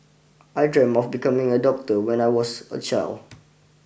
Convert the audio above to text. I dream of becoming a doctor when I was a child